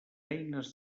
eines